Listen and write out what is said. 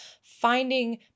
finding